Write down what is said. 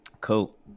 Cool